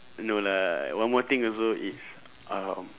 no lah one more thing also is um